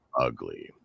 ugly